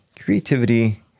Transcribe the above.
Creativity